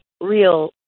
real